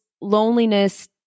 loneliness